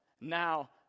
Now